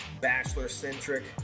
bachelor-centric